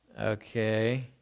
okay